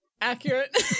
Accurate